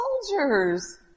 soldiers